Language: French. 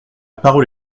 parole